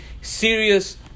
serious